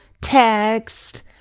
text